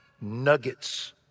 nuggets